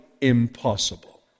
impossible